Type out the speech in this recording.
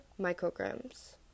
micrograms